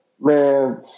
Man